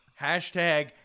hashtag